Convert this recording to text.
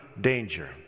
danger